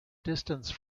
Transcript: distance